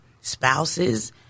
spouses